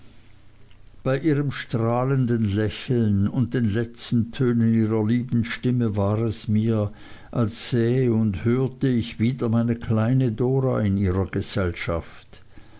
bei ihrem strahlenden lächeln und den letzten tönen ihrer lieben stimme war es mir als sähe und hörte ich wieder meine kleine dora in ihrer gesellschaft